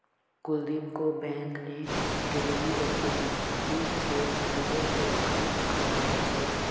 कुलदीप को बैंक ने गिरवी रखी संपत्ति के मूल्य से कम का ऋण दिया